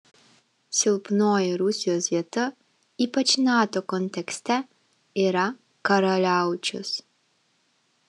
silpnoji rusijos vieta ypač nato kontekste yra karaliaučius